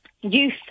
youth